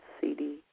CD